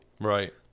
Right